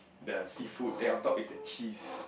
the seafood then on top is the cheese